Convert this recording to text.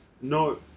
No